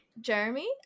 Jeremy